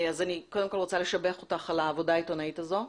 אני קודם כל רוצה לשבח אותך על העבודה העיתונאית הזו,